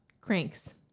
Cranks